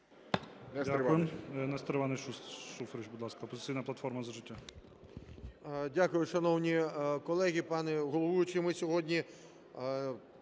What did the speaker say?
Дякую.